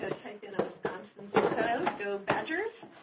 ah type in a wisconsin zip code. go badgers.